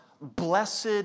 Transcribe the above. blessed